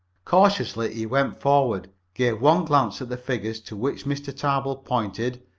cautiously he went forward, gave one glance at the figures to which mr. tarbill pointed,